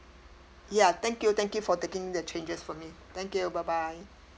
ya thank you thank you for taking the changes for me thank you bye bye